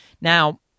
Now